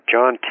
John